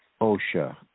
OSHA